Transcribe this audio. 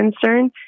concern